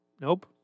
nope